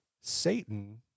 Satan